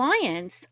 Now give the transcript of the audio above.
clients